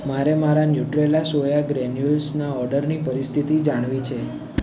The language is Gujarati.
મારે મારા ન્યુટ્રેલા સોયા ગ્રેન્યુલ્સના ઓર્ડરની પરિસ્થિતિ જાણવી છે